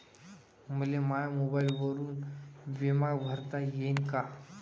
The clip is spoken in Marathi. मले माया मोबाईलवरून बिमा भरता येईन का?